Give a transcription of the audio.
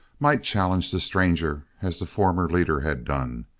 might challenge the stranger as the former leader had done.